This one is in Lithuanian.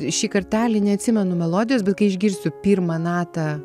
šį kartelį neatsimenu melodijos bet kai išgirsiu pirmą natą